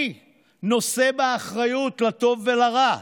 אני נושא באחריות לטוב ולרע.